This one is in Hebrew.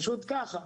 פשוט ככה,